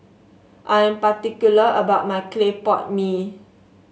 I'm particular about my Clay Pot Mee